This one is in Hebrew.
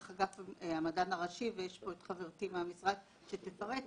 אגף המדען הראשי ויש פה את חברתי מהמשרד שתפרט,